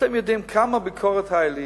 אתם יודעים כמה ביקורת היתה לי